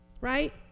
Right